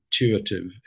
intuitive